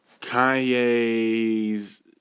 Kanye's